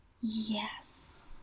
Yes